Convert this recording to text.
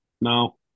No